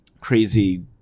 crazy